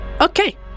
Okay